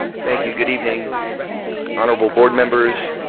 thank you. good evening honorable board members,